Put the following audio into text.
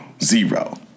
zero